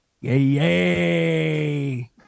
Yay